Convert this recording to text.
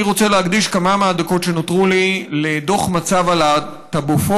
אני רוצה להקדיש כמה מהדקות שנותרו לי לדוח מצב הלהט"בופוביה,